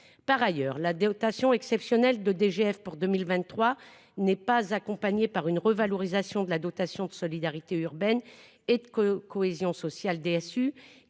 Par ailleurs, la dotation exceptionnelle de DGF pour 2023 n'est pas accompagnée par une revalorisation de la dotation de solidarité urbaine et de cohésion sociale DSU